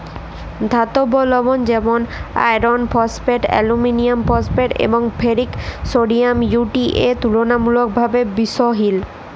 ধাতব লবল যেমল আয়রল ফসফেট, আলুমিলিয়াম সালফেট এবং ফেরিক সডিয়াম ইউ.টি.এ তুললামূলকভাবে বিশহিল